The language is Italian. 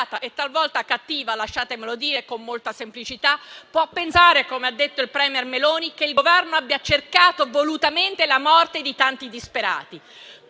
e talvolta cattiva, lasciatemelo dire con molta semplicità, può pensare, come ha detto il *premier* Meloni, che il Governo abbia cercato volutamente la morte di tanti disperati.